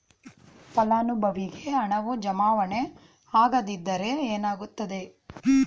ಫಲಾನುಭವಿಗೆ ಹಣವು ಜಮಾವಣೆ ಆಗದಿದ್ದರೆ ಏನಾಗುತ್ತದೆ?